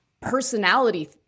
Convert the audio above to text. personality